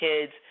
kids